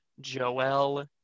Joel